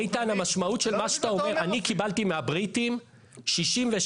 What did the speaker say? אני קיבלתי מהבריטים 66